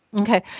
Okay